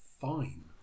fine